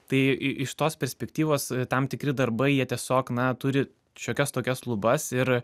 tai iš tos perspektyvos tam tikri darbai jie tiesiog na turi šiokias tokias lubas ir